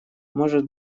может